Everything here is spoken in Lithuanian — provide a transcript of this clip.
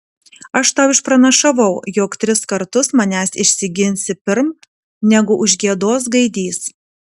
aš tau išpranašavau jog tris kartus manęs išsiginsi pirm negu užgiedos gaidys